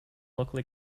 local